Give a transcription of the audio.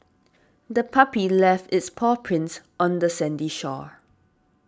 the puppy left its paw prints on the sandy shore